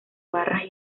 barras